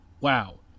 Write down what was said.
Wow